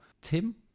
Tim